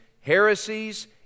heresies